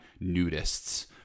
nudists